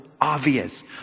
obvious